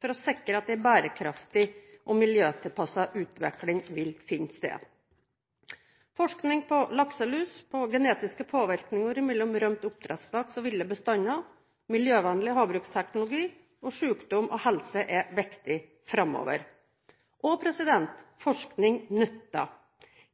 for å sikre at en bærekraftig og miljøtilpasset utvikling vil finne sted. Forskning på lakselus, på genetiske påvirkninger mellom rømt oppdrettslaks og ville bestander, på miljøvennlig havbruksteknologi og på sykdom og helse er viktig framover. Og forskning nytter: